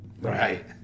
right